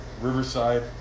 Riverside